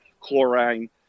chlorine